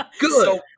good